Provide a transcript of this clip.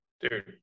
Dude